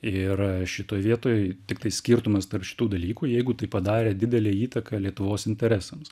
ir šitoje vietoj tiktai skirtumas tarp šitų dalykų jeigu tai padarė didelę įtaką lietuvos interesams